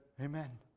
Amen